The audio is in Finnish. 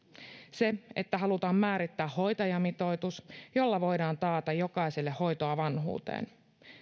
se että halutaan määrittää hoitajamitoitus jolla voidaan taata jokaiselle hoitoa vanhuuteen